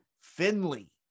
Finley